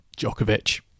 Djokovic